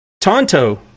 Tonto